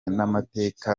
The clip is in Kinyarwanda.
n’amateka